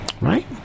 right